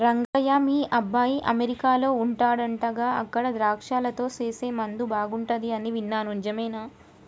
రంగయ్య మీ అబ్బాయి అమెరికాలో వుండాడంటగా అక్కడ ద్రాక్షలతో సేసే ముందు బాగుంటది అని విన్నాను నిజమేనా